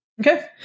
Okay